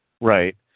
Right